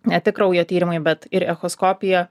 ne tik kraujo tyrimai bet ir echoskopija